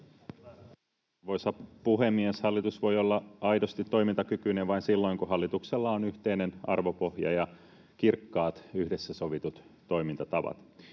Arvoisa puhemies! Hallitus voi olla aidosti toimintakykyinen vain silloin, kun hallituksella on yhteinen arvopohja ja kirkkaat yhdessä sovitut toimintatavat